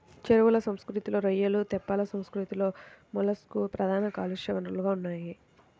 చెరువుల సంస్కృతిలో రొయ్యలు, తెప్పల సంస్కృతిలో మొలస్క్లు ప్రధాన కాలుష్య వనరులుగా ఉన్నాయి